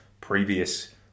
previous